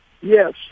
Yes